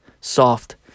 soft